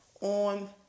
on